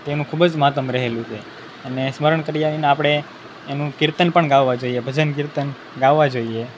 તેનું ખૂબ જ મહાતમ રહેલું છે અને સ્મરણ કરી આવીને આપણે એનું કીર્તન પણ ગાવાં જોઈએ ભજન કીર્તન ગાવાં જોઈએ